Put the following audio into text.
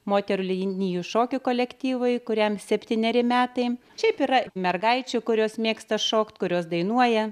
moterų linijinių šokių kolektyvai kuriam septyneri metai šiaip yra mergaičių kurios mėgsta šokt kurios dainuoja